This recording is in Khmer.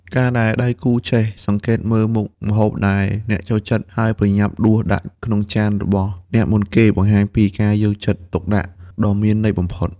ការដែលដៃគូចេះសង្កេតមើលមុខម្ហូបដែលអ្នកចូលចិត្ត ហើយប្រញាប់ដួសដាក់ក្នុងចានរបស់អ្នកមុនគេ បង្ហាញពីការយកចិត្តទុកដាក់ដ៏មានន័យបំផុត។